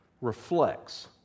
reflects